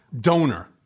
donor